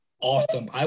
awesome